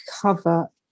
cover